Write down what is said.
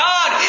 God